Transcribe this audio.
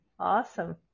Awesome